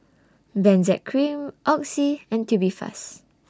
Benzac Cream Oxy and Tubifast